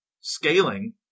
scaling